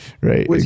right